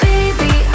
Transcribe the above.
Baby